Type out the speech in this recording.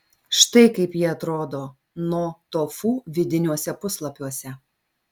štai kaip ji atrodo no tofu vidiniuose puslapiuose